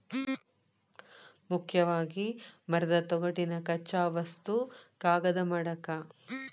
ಮುಖ್ಯವಾಗಿ ಮರದ ತೊಗಟಿನ ಕಚ್ಚಾ ವಸ್ತು ಕಾಗದಾ ಮಾಡಾಕ